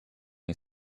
you